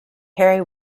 harry